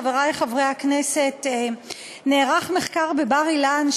חברי חברי הכנסת: נערך מחקר בבר-אילן,